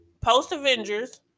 post-Avengers